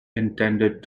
intended